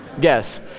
Guess